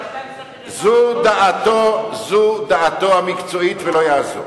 זו דעתו המקצועית ולא יעזור.